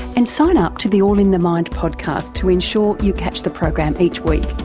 and sign up to the all in the mind podcast to ensure you catch the program each week.